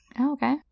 okay